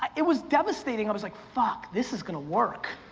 it was devastating. i was like, fuck, this is gonna work.